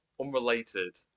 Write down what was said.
unrelated